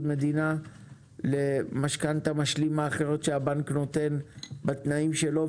מדינה למשכנתא משלימה אחרת שהבנק נותן בתנאים שלו,